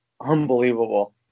unbelievable